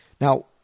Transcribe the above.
Now